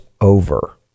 over